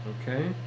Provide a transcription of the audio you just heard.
Okay